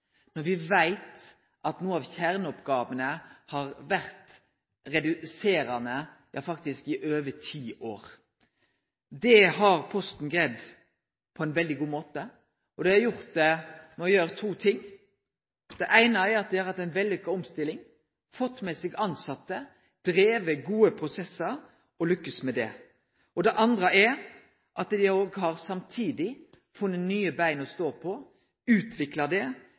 når me veit at nokre av kjerneoppgåvene faktisk har blitt reduserte i over ti år. Det har Posten greidd på ein veldig god måte, og det har dei greidd ved å gjere to ting. Det eine er at dei har hatt ei vellukka omstilling, fått med seg dei tilsette, drive gode prosessar og lukkast med det. Det andre er at dei samtidig har funne nye bein å stå på og har utvikla seg med suksess. Me kan samanlikne det